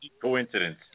coincidence